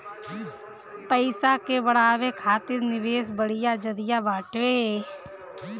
पईसा के बढ़ावे खातिर निवेश बढ़िया जरिया बाटे